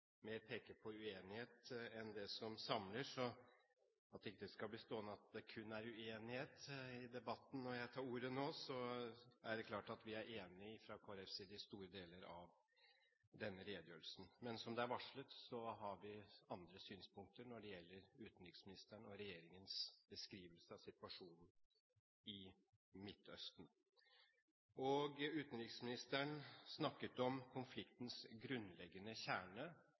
peker på uenighet enn det som samler, så for at det ikke skal bli stående at det kun er uenighet i debatten når jeg tar ordet nå, gjør jeg det klart at vi fra Kristelig Folkeparti er enig i store deler av denne redegjørelsen. Men som det er varslet, har vi andre synspunkter når det gjelder utenriksministeren og regjeringens beskrivelse av situasjonen i Midtøsten. Utenriksministeren snakket om konfliktens grunnleggende kjerne